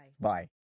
Bye